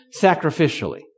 sacrificially